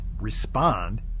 Respond